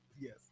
Yes